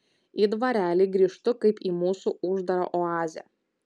į dvarelį grįžtu kaip į mūsų uždarą oazę